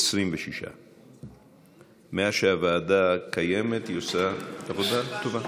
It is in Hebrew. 26. מאז שהוועדה קיימת היא עושה עבודה טובה.